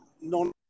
non-